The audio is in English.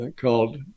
called